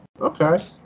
Okay